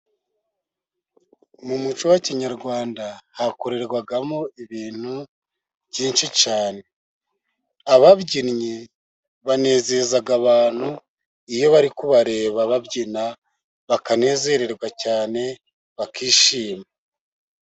Mu muco wa kinyarwanda hakorerwagamo ibintu byinshi cyane, ababyinnyi banezeza abantu iyo bari kubareba babyina bakanezererwa cyane bakishima.